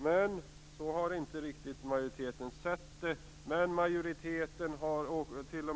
Men majoriteten har inte sett det riktigt på detta sätt.